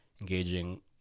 engaging